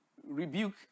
rebuke